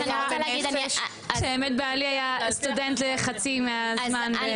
באמת בעלי היה סטודנט חצי מהזמן.